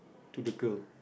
to the girl